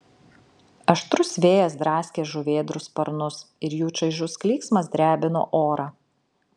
aštrus vėjas draskė žuvėdrų sparnus ir jų čaižus klyksmas drebino orą